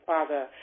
Father